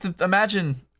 imagine